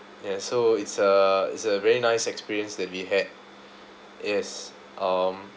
ya so it's a it's a very nice experience that we had yes um